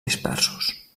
dispersos